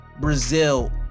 brazil